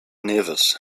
neves